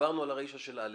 דיברנו על הרישה של א'.